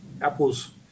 Apple's